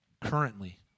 currently